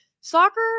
soccer